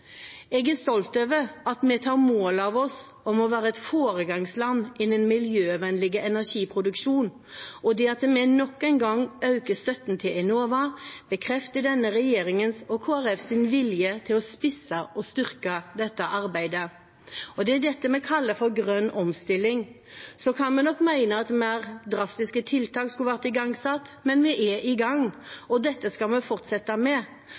Jeg er stolt over at vi tar mål av oss til å være et foregangsland innen miljøvennlig energiproduksjon, og det at vi nok en gang øker støtten til Enova, bekrefter denne regjeringens og Kristelig Folkepartis vilje til å spisse og styrke dette arbeidet. Det er dette vi kaller for «grønn omstilling». Så kan vi nok mene at mer drastiske tiltak skulle vært igangsatt, men vi er i gang og dette skal vi fortsette med.